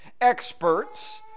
experts